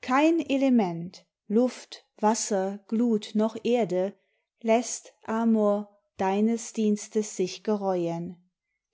verschiedenartigen vögel luft wasser glut noch erde läßt amor deines dienstes sich gereuen